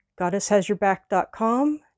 goddesshasyourback.com